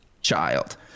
child